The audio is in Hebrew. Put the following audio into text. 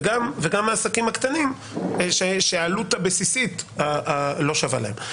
וגם העסקים הקטנים שהעלות הבסיסית לא שווה להם.